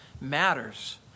matters